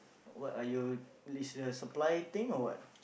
what are you lis~ is a supply thing or what